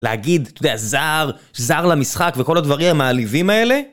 להגיד, אתה יודע, זר, זר למשחק וכל הדברים המעליבים האלה.